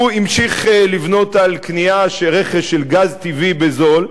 הוא המשיך לבנות על רכש של גז טבעי בזול,